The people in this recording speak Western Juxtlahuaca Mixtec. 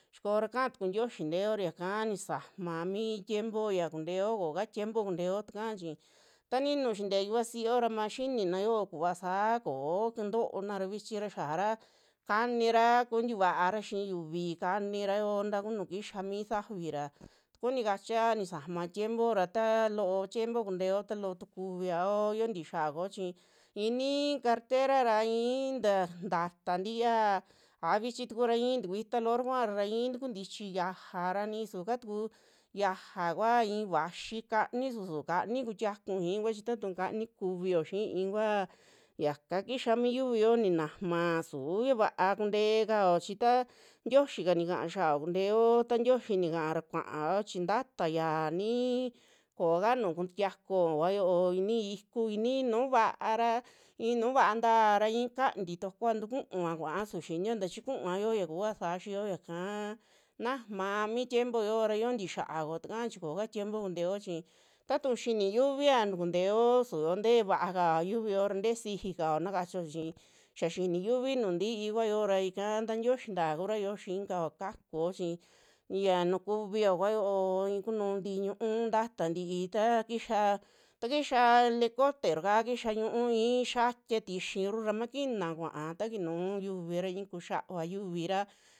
Xikora ka'a tuku tioyi teora yaka nisama mi tiempo ya kunteo, ko'oka tiempo kunteo tuka chi taninu xintee yuvasio ra maxinina yoo kuva saa ko'o katoona vichi ra xiara kanira, kuntivara xiñuvi kanirao naku nuju kixa mi sa'afi ra tu kunikachia nisama tiempo ra ta loo tiepo kunteo, ta loo tu kuviao yio tiixia kuo chi i'inii cartera ra i'in taj taata ntiya a vichi tukura i'i tikuita loora kuara ra i'i tukuntichi yaja ra ni sukatuku yaja kua i'i vaxi kani su su'u kani kutiakun xii kua chi tatu kani kivio xii kua, yaka kixa mi yuviyo ninamaa suu ya va'a kuntekao chi ta tioyika nikaa xiao kunteo, ta tioyi nikara kua'ao chi nta'aya ni'i koka nuju kutiakuo kua yio inii kiu, inii nuu va'ara i'inu va'anta ra ikanti tokua tukua kua'a su xinio ta chi kuua yoo ya kuua sa'a xiyo yaka nama mi tiempo yo'o ra, yotii xaa koo taka chi kooka tiempo kunteo chi, tatu'u xini yuvia tukunteo su'uo tee vaka yuviyo ra te'e sixikao na kachio chi, xia xini yuvi nuju ntikua yo'o ra ika ntaa tioyi taa kura xiikao kakuo chi ya nu kuvio kua yo'o, i'i kunuu ti'i ñu'u ntata ntii ta kixa, ta kixa lekotero kixa ñu'u i'i xiatia tiyiru ra maquina kua'a ta kinuu yiuvi ra ikuu xiava yiuvi ra.